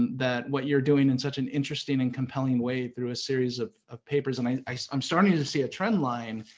that what you're doing in such an interesting and compelling way through a series of of papers and i'm i'm starting to see a trend line,